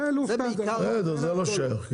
זה לא שייך.